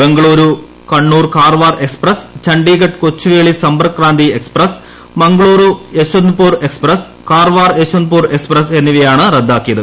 Bengaluru Kannur Karwar express Chandigarh Kochuveli Sampark Kranti express Mangaluru Yesvantpur express Karwar Yesvantpur express എന്നിവയാണ് റദ്ദാക്കിയത്